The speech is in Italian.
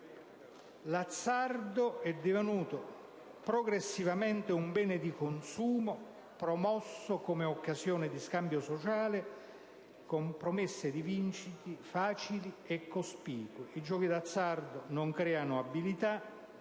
L'azzardo è divenuto progressivamente un bene di consumo promosso come occasione di scambio sociale, con promesse di vincite facili e cospicue. I giochi d'azzardo non creano abilità